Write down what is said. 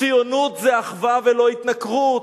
ציונות זה אחווה ולא התנכרות.